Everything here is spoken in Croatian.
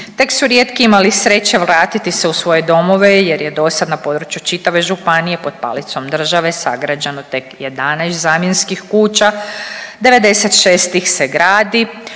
Tek su rijetki imali sreće vratiti se u svoje domove jer je dosad na području čitave županije pod palicom države sagrađeno tek 11 zamjenskih kuća, 96 ih se gradi,